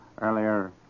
earlier